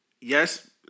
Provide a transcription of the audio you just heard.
yes